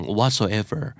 whatsoever